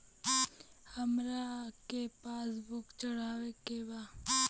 हमरा के passbook चढ़ावे के बा?